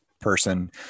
person